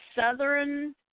southern